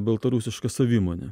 baltarusišką savimonę